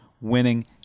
winning